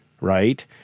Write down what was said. Right